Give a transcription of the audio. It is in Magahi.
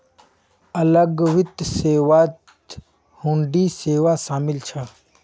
अलग वित्त सेवात हुंडी सेवा शामिल छ